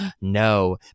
no